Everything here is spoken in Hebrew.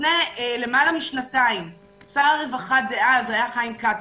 לפני למעלה משנתיים שר הרווחה דאז היה חיים כץ,